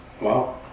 Wow